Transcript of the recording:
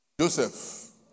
Joseph